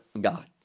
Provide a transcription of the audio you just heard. god